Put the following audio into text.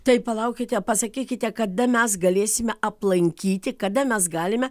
tai palaukite pasakykite kada mes galėsime aplankyti kada mes galime